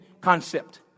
concept